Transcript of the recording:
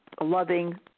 loving